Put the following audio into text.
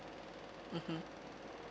mmhmm